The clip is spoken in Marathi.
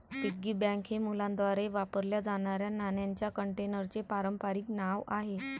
पिग्गी बँक हे मुलांद्वारे वापरल्या जाणाऱ्या नाण्यांच्या कंटेनरचे पारंपारिक नाव आहे